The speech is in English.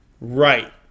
Right